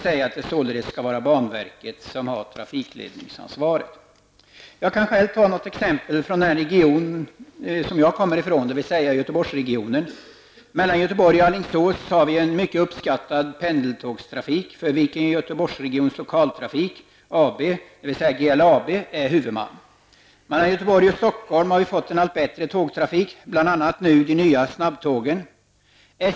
Således bör banverket ha trafikledningsansvaret. Jag kan ta ett exempel från den region som jag kommer ifrån, dvs. Göteborgsregionen. Mellan Göteborg och Stockholm har vi fått en allt bättre tågtrafik, bl.a. nu de nya snabbtågen.